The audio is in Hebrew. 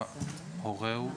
פלילית.